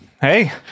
Hey